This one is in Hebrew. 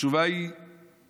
התשובה היא כן.